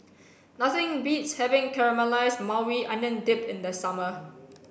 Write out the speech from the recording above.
nothing beats having Caramelized Maui Onion Dip in the summer